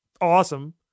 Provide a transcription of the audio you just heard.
awesome